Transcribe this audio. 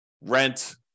rent